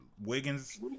Wiggins